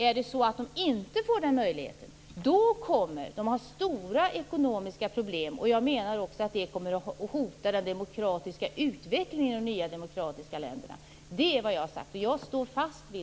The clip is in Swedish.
Om de däremot inte får den möjligheten kommer de att ha stora ekonomiska problem. Jag menar att det kommer att hota den demokratiska utvecklingen i de nya demokratiska länderna. Det är vad jag har sagt, och det står jag fast vid.